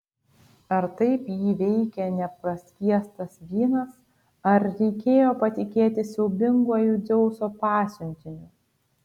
ar taip jį veikė nepraskiestas vynas ar reikėjo patikėti siaubinguoju dzeuso pasiuntiniu